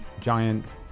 giant